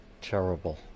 terrible